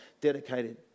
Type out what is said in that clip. dedicated